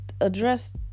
address